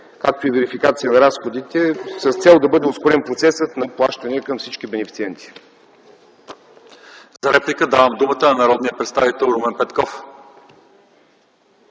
както и верификация на разходите с цел да бъде ускорен процесът на плащания към всички бенефициенти. ПРЕДСЕДАТЕЛ ЛЪЧЕЗАР ИВАНОВ: За реплика давам думата на народния представител Румен Петков.